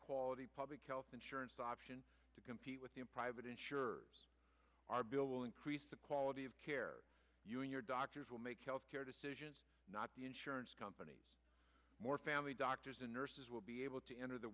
quality public health insurance option to compete with the private insurers our bill will increase the quality of care you and your doctors will make health care decisions not the insurance companies more family doctors and nurses will be able to enter the